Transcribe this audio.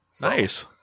Nice